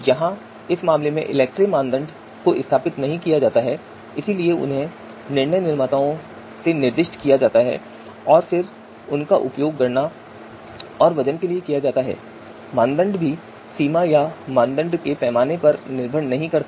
यहाँ इस मामले में ELECTRE मानदंड को प्रतिस्थापित नहीं किया जाता है इसलिए उन्हें निर्णय निर्माताओं से निर्दिष्ट किया जाता है और फिर उनका उपयोग गणना और वजन के लिए किया जाता है मानदंड भी सीमा या मानदंड के पैमाने पर निर्भर नहीं करते हैं